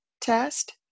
test